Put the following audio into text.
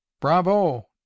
Bravo